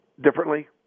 differently